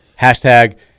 Hashtag